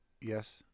Yes